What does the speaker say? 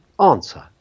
answer